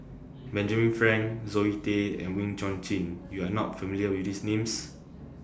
Benjamin Frank Zoe Tay and Wee Chong Jin YOU Are not familiar with These Names